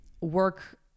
work